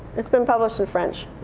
it's been published in french.